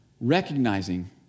recognizing